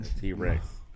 T-Rex